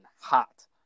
hot